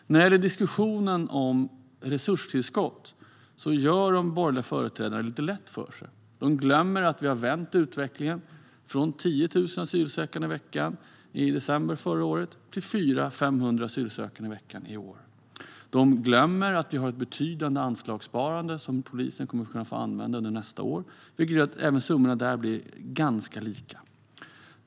När det gäller diskussionen om resurstillskott gör de borgerliga företrädarna det lite lätt för sig. De glömmer att vi har vänt utvecklingen från 10 000 asylsökande i veckan i december förra året till 400-500 asylsökande i veckan i år. De glömmer att vi har ett betydande anslagssparande som polisen kommer att kunna få använda under nästa år, vilket betyder att summorna där blir ganska lika.